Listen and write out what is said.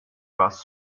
was